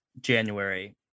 January